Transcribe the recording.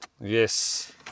yes